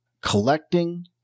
collecting